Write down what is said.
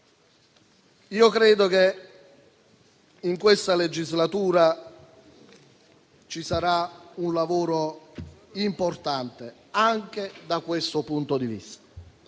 Credo che in questa legislatura sarà fatto un lavoro importante anche da questo punto di vista.